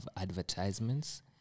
advertisements